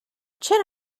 چرا